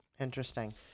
Interesting